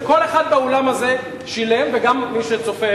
שכל אחד באולם הזה שילם וגם מי שצופה,